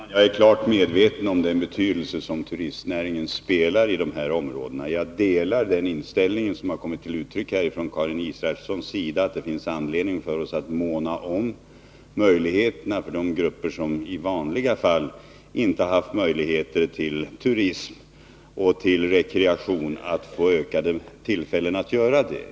Herr talman! Jag är klart medveten om den betydelse som turistnäringen har i dessa områden. Jag delar Karin Israelssons inställning, som här har kommit till uttryck, att det finns anledning för oss att måna om de grupper som i vanliga fall inte haft möjlighet till turism och rekreation, så att de får ökade tillfällen till det.